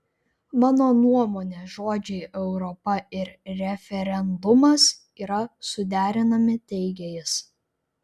mano nuomone žodžiai europa ir referendumas yra suderinami teigė jis